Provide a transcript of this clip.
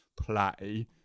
play